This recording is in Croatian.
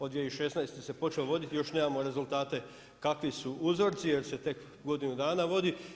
Od 2016. se počeo voditi, još nemamo rezultate kakvi su uzorci jer se tek godinu dana vodi.